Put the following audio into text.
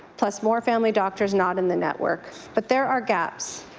plus more family doctors not in the network. but there are gaps.